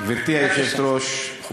גברתי היושבת-ראש, בבקשה.